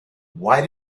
why